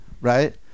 Right